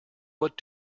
what